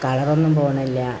കളറൊന്നും പോകുന്നില്ല